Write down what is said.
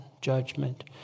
judgment